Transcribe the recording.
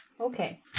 Okay